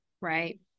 Right